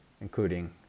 including